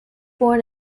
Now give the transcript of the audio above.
born